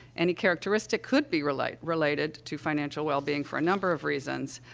any characteristic could be related related to financial wellbeing for a number of reasons.